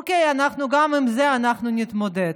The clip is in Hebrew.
אוקיי, גם עם זה אנחנו נתמודד.